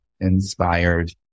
inspired